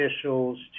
officials